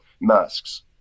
Masks